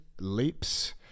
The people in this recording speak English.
leaps